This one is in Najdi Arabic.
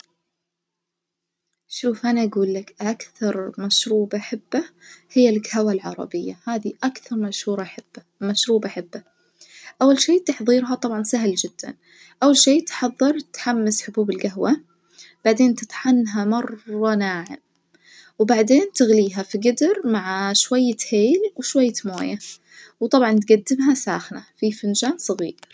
شوف أنا أجولك أكثر مشروب أحبه هي الجهوة العربية هذي أكثر مشهور أحبه مشروب أحبه، أول شي تحظيرها طبعًا سهل جدًا أول شي تحظر تحمص حبوب الجهوة بعدين تطحنها مرة ناعم وبعدين تغليها في جدر مع شوية هيل وشوية موية و طبعًا تجدمها ساخنة في فنجان صغير.